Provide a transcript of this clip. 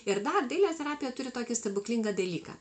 ir dar dailės terapija turi tokį stebuklingą dalyką